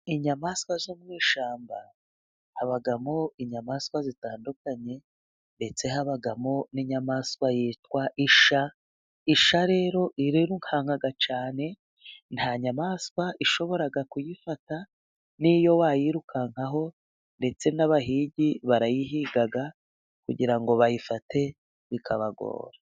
Inyamaswa zo mu ishyamba, habamo inyamaswa zitandukanye, ndetse habamo n'inyamaswa yitwa isha, isha rero irirukanka cyane, nta nyamaswa ishoboraga kuyifata n'iyo wayirukankaho, ndetse n'abahigi barayihiga kugira ngo bayifate bikabagora.